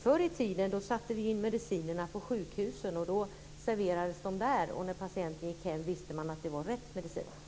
Förr i tiden satte vi ju in medicinerna på sjukhusen. Då serverades de där, och när patienten gick hem visste man att det var rätt medicin.